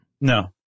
No